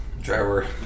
driver